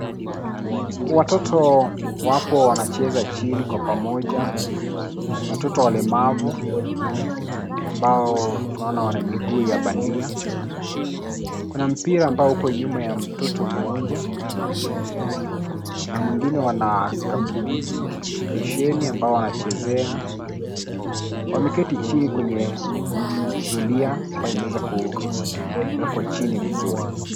Watoto wapo wanacheza chini kwa pamoja, watoto walemavu ambao tunaona wana miguu ya bandia. Kuna mpira mbao uko nyuma ya mtoto mmoja na mwingine wana besheni amabayo wanachezea wameketi chini kwenye zulia ambayo imeweza kuwekwa chini vizuri.